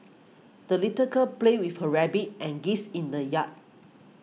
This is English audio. the little girl played with her rabbit and geese in the yard